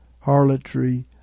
harlotry